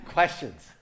Questions